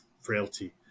frailty